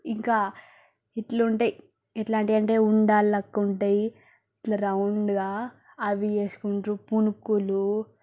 ఇంకా ఇట్లా ఉంటాయి ఎట్లాంటివి అంటే ఉండాలి లెక్క ఉంటాయి ఇట్లా రౌండ్గా అవి చేసుకుంటారు పునుకులు